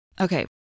Okay